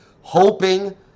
hoping